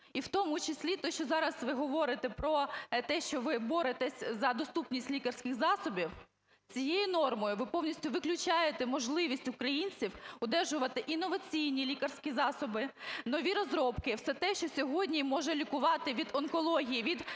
І в тому числі те, що ви зараз говорите про те, що ви боретеся за доступність лікарських засобів, цією нормою ви повністю виключаєте можливість українців одержувати інноваційні лікарські засоби, нові розробки, все те, що сьогодні може лікувати від онкології, від туберкульозу,